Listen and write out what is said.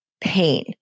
pain